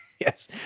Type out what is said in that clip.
yes